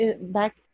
back